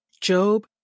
Job